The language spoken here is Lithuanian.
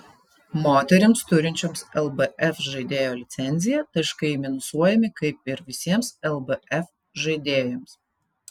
moterims turinčioms lbf žaidėjo licenciją taškai minusuojami kaip ir visiems lbf žaidėjams